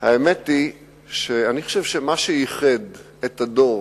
האמת היא שאני חושב שמה שייחד את הדור